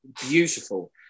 beautiful